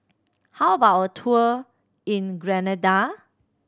how about a tour in Grenada